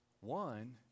One